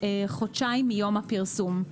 חודשיים מיום הפרסום,